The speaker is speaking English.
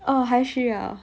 oh 还需要 ah